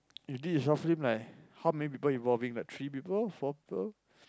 you did the soft film like how many people involving three people four people